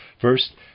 First